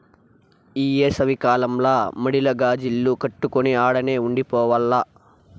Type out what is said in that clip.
ఈ ఏసవి కాలంల మడిల గాజిల్లు కట్టుకొని ఆడనే ఉండి పోవాల్ల